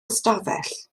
ystafell